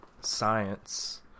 science